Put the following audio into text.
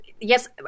Yes